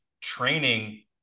training